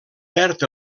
perd